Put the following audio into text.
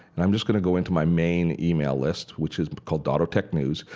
and i'm just going to go into my main email list which is called dottotech news.